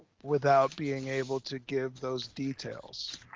without being able to give those details?